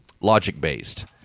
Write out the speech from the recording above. logic-based